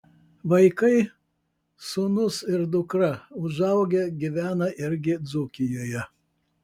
vaikai sūnus ir dukra užaugę gyvena irgi dzūkijoje